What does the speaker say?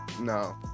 no